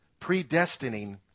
predestining